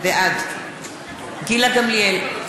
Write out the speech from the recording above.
בעד גילה גמליאל,